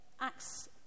Acts